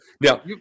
Now